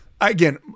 again